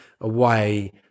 away